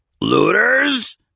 Looters